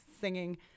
singing